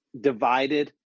divided